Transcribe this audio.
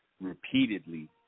repeatedly